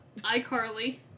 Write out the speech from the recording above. iCarly